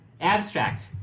Abstract